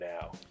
now